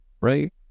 right